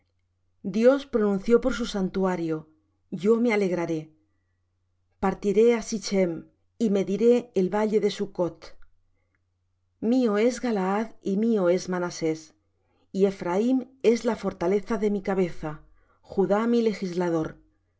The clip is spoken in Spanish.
dios pronunció por su santuario yo me alegraré partiré á sichm y mediré el valle de succoth mío es galaad y mío es manasés y ephraim es la fortaleza de mi cabeza judá mi legislador